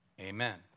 Amen